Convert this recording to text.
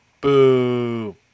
Boo